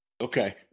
Okay